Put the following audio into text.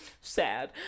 sad